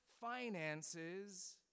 finances